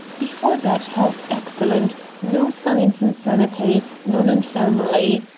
before that health excellent no signs insanity none in family.